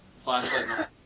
Flashlight